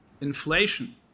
inflation